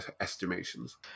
estimations